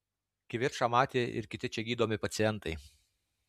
kivirčą matė ir kiti čia gydomi pacientai